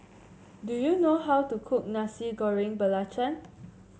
do you know how to cook Nasi Goreng Belacan